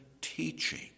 teaching